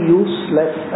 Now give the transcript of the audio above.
useless